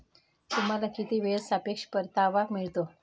तुम्हाला किती वेळेत सापेक्ष परतावा मिळतो?